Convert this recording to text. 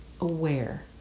aware